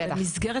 בטח.